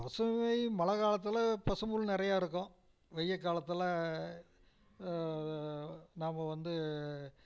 பசுவை மழ காலத்தில் பசும்புல் நிறையா இருக்கும் வெய்ய காலத்தில் நாம் வந்து